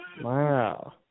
Wow